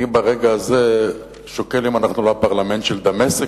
אני ברגע הזה שוקל אם אנחנו לא הפרלמנט של דמשק,